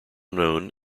known